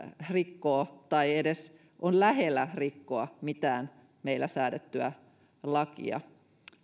rikkoo tai edes on lähellä rikkoa mitään meillä säädettyä lakia